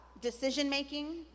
decision-making